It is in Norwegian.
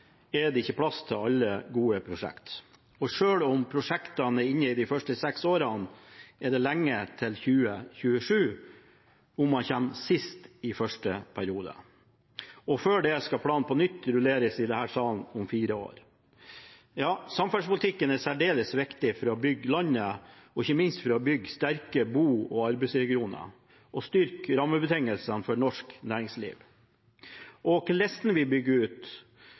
er det ikke plass til alle gode prosjekter, og selv om prosjektene er inne i de første seks årene, er det lenge til 2027 om man kommer sist i første periode. Og før det skal planen rulleres på nytt i denne salen om fire år. Samferdselspolitikken er særdeles viktig for å bygge landet, ikke minst for å bygge sterke bo- og arbeidsregioner og styrke rammebetingelsene for norsk næringsliv. Hvor og hvordan vi bygger ut,